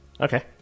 Okay